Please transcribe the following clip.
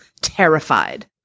terrified